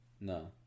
No